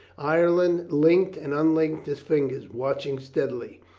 ireton linked and unlinked his fingers, watching steadily.